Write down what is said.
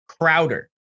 Crowder